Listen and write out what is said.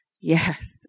yes